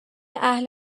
اهل